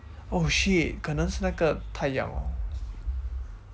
oh shit 可能是那个太阳 lor